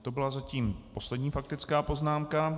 To byla zatím poslední faktická poznámka.